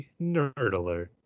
Nerdler